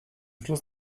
schluss